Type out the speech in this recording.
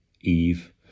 Eve